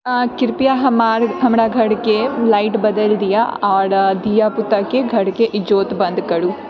कृपया हमरा घरके लाइट बदलि दिअऽ आओर धिया पुताके घरक ईजोत बंद करु